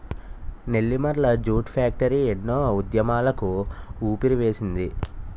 Nellimarla jute factory ఎన్నో ఉద్యమాలకు ఊపిరివేసింది